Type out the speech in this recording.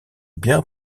bien